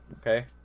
Okay